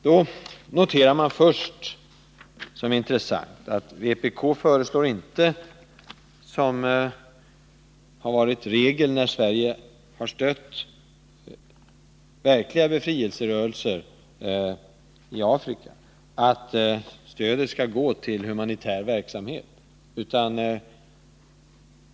Då noterar man först som intressant att vpk inte som har varit regel när Sverige, i Afrika, har stött verkliga befrielserörelser föreslår att stödet skall gå till humanitär verksamhet.